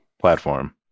platform